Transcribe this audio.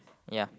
ya